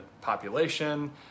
population